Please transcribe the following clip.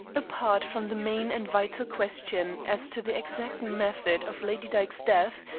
apart from the main and vital question as to the exact method of lady dyke's death,